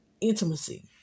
intimacy